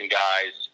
guys